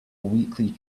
weekly